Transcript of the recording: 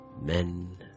men